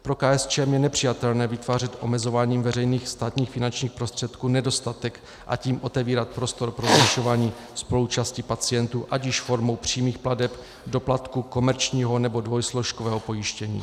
Pro KSČM je nepřijatelné vytvářet omezováním veřejných státních finančních prostředků nedostatek, a tím otevírat prostor pro zvyšování spoluúčasti pacientů, ať již formou přímých plateb, doplatků, komerčního nebo dvojsložkového pojištění.